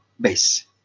base